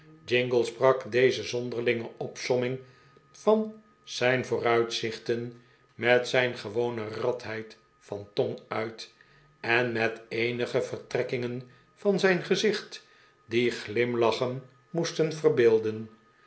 jingle sprak deze zonderlinge opsomming van zijn vooruitzichten met zijn gewone radheid van tong uit en met eenige vertrekkingen van zijn gezicht die glimlachen moesten verbeelden